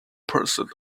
pursuit